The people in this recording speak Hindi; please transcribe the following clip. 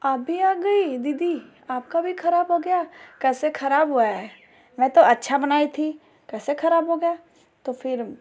आप भी आ गई दीदी आपका भी खराब हो गया कैसे खराब हुआ है मैं तो अच्छा बनाई थी कैसे खराब हो गया तो फिर